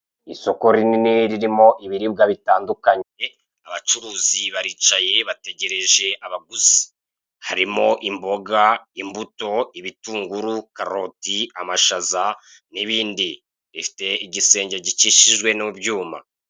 Isoko rinini ririmo ibiribwa bitandukanye abacuruzi baricaye bategereje abaguzi. Harimo imboga, imbuto, ibitunguru, karoti, amashaza, n'ibindi rifite igisenge gikikijwe n'ibyuma.